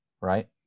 right